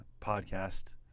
podcast